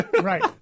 Right